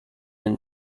been